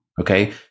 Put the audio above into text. okay